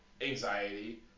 Anxiety